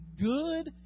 good